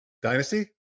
dynasty